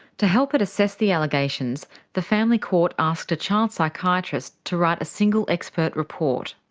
to help it assess the allegations, the family court asked a child psychiatrist to write a single expert report.